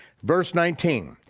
verse nineteen,